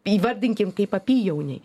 įvardinkim kaip apyjauniai